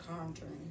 Conjuring